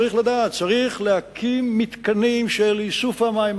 צריך לדעת: צריך להקים מתקנים של איסוף המים,